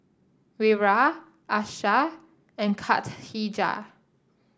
Wira Aishah and